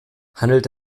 handelt